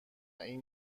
این